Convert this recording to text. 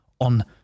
on